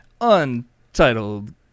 Untitled